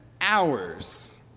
hours